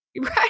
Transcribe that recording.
Right